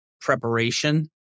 preparation